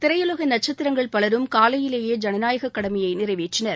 திரையுலக நட்சத்திரங்கள் பலரும் காலையிலேயே ஜனநாயகக் கடமையை நிறைவேற்றினர்